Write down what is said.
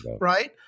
right